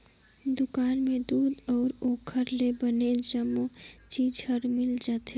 दुकान में दूद अउ ओखर ले बने जम्मो चीज हर मिल जाथे